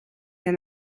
der